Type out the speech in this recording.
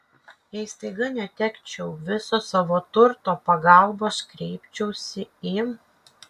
jei staiga netekčiau viso savo turto pagalbos kreipčiausi į